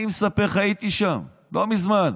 אני מספר לך, הייתי שם לא מזמן,